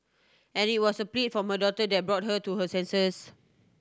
and it was a plea from her daughter that brought her to her senses